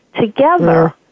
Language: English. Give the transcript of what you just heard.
Together